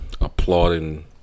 applauding